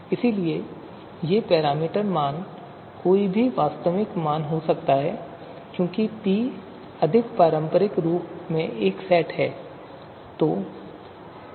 इसलिए ये पैरामीटर मान कोई भी वास्तविक मान हो सकते हैं क्योंकि P अधिक पारंपरिक रूप में एक सेट है